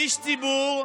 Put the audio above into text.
על מה אתה מדבר,